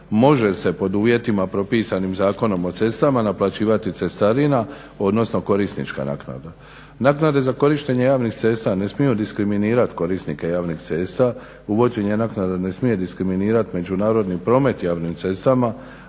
može se pod uvjetima propisanim Zakonom o cestama naplaćivati cestarina odnosno korisnička naknada. Naknade za korištenje javnih cesta ne smiju diskriminirati korisnike javnih cesta. Uvođenje naknada ne smije diskriminirat međunarodni promet javnim cestama,